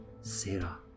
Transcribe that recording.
Sarah